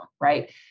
right